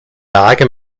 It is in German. lage